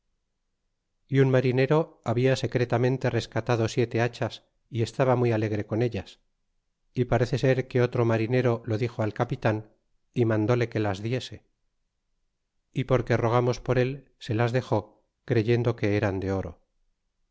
e un marinero habia secretamente rescatado siete hachas y estaba muy alegre con ellas y parece ser que otro marinero lo dixo al capitan y mandóle que las diese y porque rogamos por él se las dexó creyendo que eran de oro